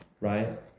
right